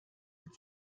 mit